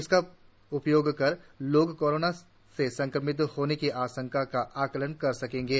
इसका उपयोग कर लोग कोरोना से संक्रमित होने की आशंका का आकलन कर सकेंगे